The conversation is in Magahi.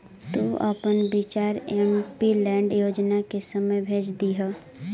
तु अपन विचार एमपीलैड योजना के समय भेज दियह